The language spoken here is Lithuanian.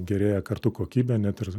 gerėja kartu kokybė net ir